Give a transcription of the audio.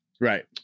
Right